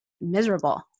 miserable